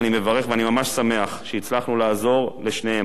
ואני מברך ואני ממש שמח שהצלחנו לעזור לשניהם.